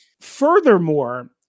Furthermore